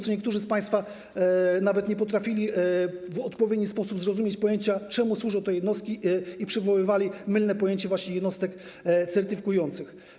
Co niektórzy z państwa nawet nie potrafili w odpowiedni sposób zrozumieć pojęcia, zrozumieć, czemu służą te jednostki, i mylnie przywoływali pojęcie właśnie jednostek certyfikujących.